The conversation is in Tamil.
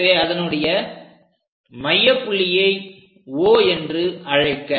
எனவே அதனுடைய மையப் புள்ளியை O என்று அழைக்க